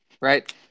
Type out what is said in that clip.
Right